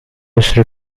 essere